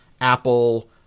Apple